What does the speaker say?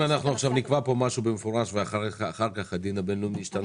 אם אנחנו נקבע פה משהו במפורש ואחר-כך הדין הבינלאומי ישתנה